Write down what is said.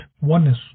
oneness